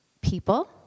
people